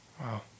Wow